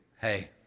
Hey